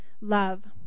love